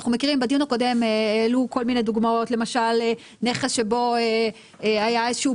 בדיון הקודם העלו דוגמה של נכס שבו היה איזה שהוא